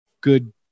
good